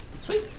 Sweet